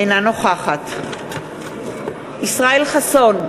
אינה נוכחת ישראל חסון,